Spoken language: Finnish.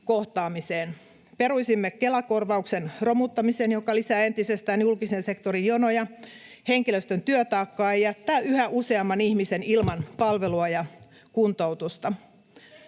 ratkaisee!] Peruisimme Kela-korvauksen romuttamisen, joka lisää entisestään julkisen sektorin jonoja sekä henkilöstön työtaakkaa ja jättää yhä useamman ihmisen ilman palvelua ja kuntoutusta.